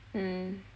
mm